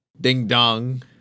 Ding-dong